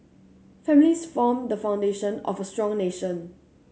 families form the foundation of a strong nation